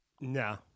No